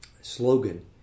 slogan